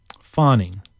Fawning